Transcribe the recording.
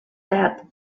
that